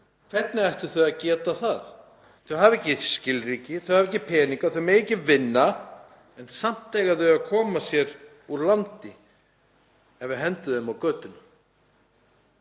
Hvernig ættu þau að geta það? Þau hafa ekki skilríki, þau hafa ekki peninga, þau mega ekki vinna en samt eiga þau að koma sér úr landi ef við hendum þeim út á götuna.